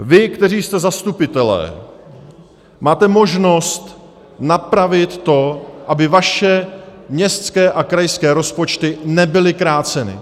Vy, kteří jste zastupitelé, máte možnost napravit to, aby vaše městské a krajské rozpočty nebyly kráceny.